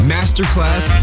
Masterclass